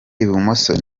ibumoso